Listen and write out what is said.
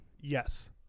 yes